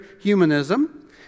humanism